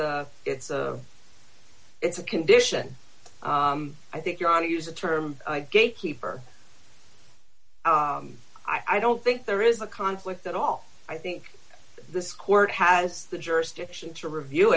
a it's of it's a condition i think you're on to use the term gatekeeper i don't think there is a conflict at all i think this court has the jurisdiction to review